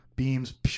beams